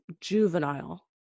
juvenile